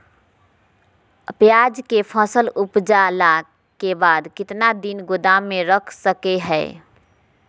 प्याज के फसल उपजला के बाद कितना दिन गोदाम में रख सको हय?